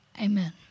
Amen